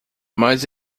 mas